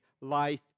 life